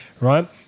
right